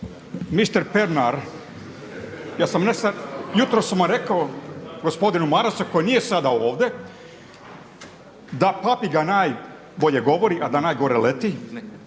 Pernar, ja sam jutros rekao gospodinu Marasu koji nije sada ovdje da papiga najbolje govori, a da najgore leti.